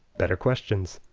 better questions.